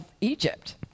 Egypt